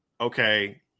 okay